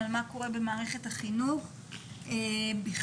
מה קורה במערכת החינוך בכלל.